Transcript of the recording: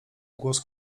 głos